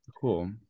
Cool